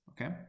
okay